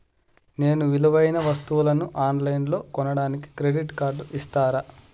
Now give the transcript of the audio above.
నేను విలువైన వస్తువులను ఆన్ లైన్లో కొనడానికి క్రెడిట్ కార్డు ఇస్తారా?